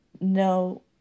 no